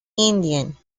indian